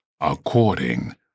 according